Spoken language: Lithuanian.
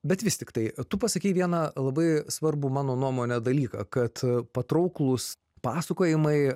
bet vis tiktai tu pasakei vieną labai svarbų mano nuomone dalyką kad patrauklūs pasakojimai